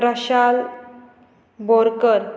Prashal Borkar